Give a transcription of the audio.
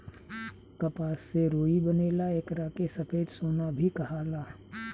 कपास से रुई बनेला एकरा के सफ़ेद सोना भी कहाला